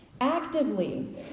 actively